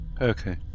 Okay